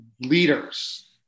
leaders